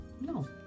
No